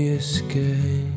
escape